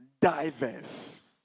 diverse